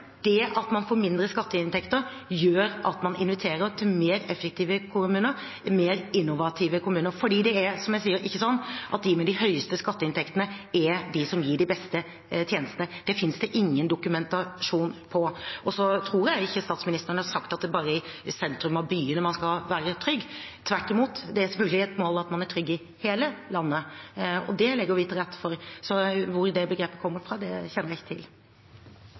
Det at man får mindre skatteinntekter, gjør at man inviterer til mer effektive kommuner, mer innovative kommuner, for det er, som jeg sier, ikke sånn at de med de høyeste inntektene er de som gir de beste tjenestene. Det finnes det ingen dokumentasjon på. Så tror jeg ikke statsministeren har sagt at det bare er i sentrum av byene man skal være trygg. Tvert imot, det er selvfølgelig et mål at man er trygg i hele landet, og det legger vi til rette for. Så hvor det utsagnet kommer fra, kjenner jeg ikke til.